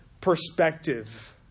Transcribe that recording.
perspective